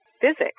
physics